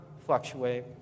fluctuate